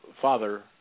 father